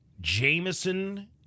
Jameson